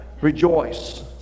Rejoice